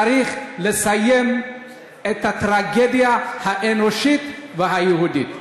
צריך לסיים את הטרגדיה האנושית והיהודית.